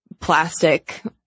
plastic